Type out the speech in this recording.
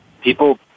people